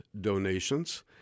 donations